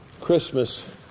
Christmas